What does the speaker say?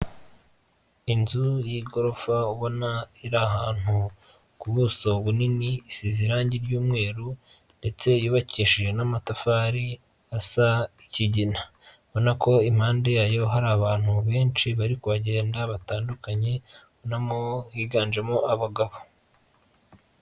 Inzu y'igorofa ubona iri ahantu ku buso bunini, isize irangi ry'umweru ndetse yubakishije n'amatafari asa ikigina. Urabona ko impande yayo hari abantu benshi bari kuhagenda batandukanye, urabonamo higanjemo abagabo.